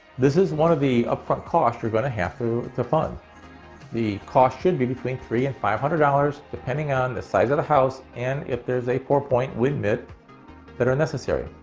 this is one of the upfront cost you're going to have to fund. the cost should be between three and five hundred dollars depending on the size of the house and if there's a four-point wind mitt that are necessary.